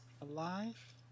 alive